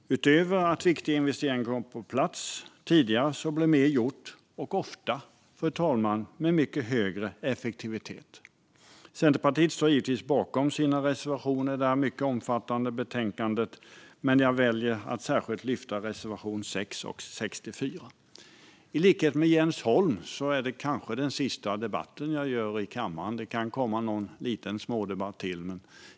Utöver att viktiga investeringar kommer på plats tidigare blir mer gjort och ofta, fru talman, med mycket högre effektivitet. Centerpartiet står givetvis bakom sina reservationer i detta mycket omfattande betänkande, men jag väljer att yrka bifall endast till reservationerna 6 och 64. Liksom för Jens Holm är detta kanske den sista debatt jag deltar i här i kammaren; det kan komma någon liten debatt till.